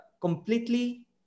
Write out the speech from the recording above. completely